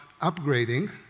upgrading